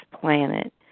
planet